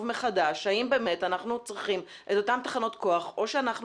מחדש האם באמת אנחנו צריכים את אותן תחנות כוח או שאנחנו